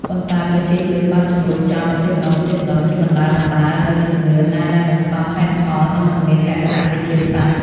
ប៉ុន្តែ ប្រជាជនបានជម្រុះចោលបន្តិចម្តងៗ ជាបណ្តើរៗនូវជំនឿណាដែលមិនសមហេតុផល និងមិនមានលក្ខណៈវិទ្យាសាស្ត្រ។